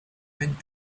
went